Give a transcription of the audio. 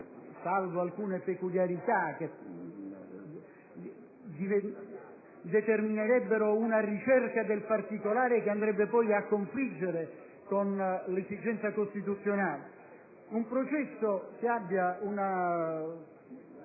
salvo alcune peculiarità che determinerebbero una ricerca del particolare che andrebbe poi a confliggere con l'esigenza costituzionale - meno grave di un